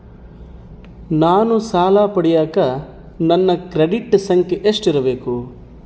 ನಾನು ಸಾಲ ಪಡಿಯಕ ನನ್ನ ಕ್ರೆಡಿಟ್ ಸಂಖ್ಯೆ ಎಷ್ಟಿರಬೇಕು?